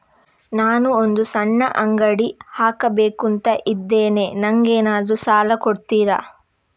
ನಾನು ಒಂದು ಸಣ್ಣ ಅಂಗಡಿ ಹಾಕಬೇಕುಂತ ಇದ್ದೇನೆ ನಂಗೇನಾದ್ರು ಸಾಲ ಕೊಡ್ತೀರಾ?